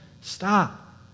Stop